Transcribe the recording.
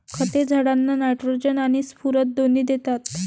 खते झाडांना नायट्रोजन आणि स्फुरद दोन्ही देतात